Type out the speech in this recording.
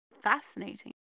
Fascinating